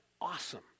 awesome